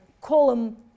column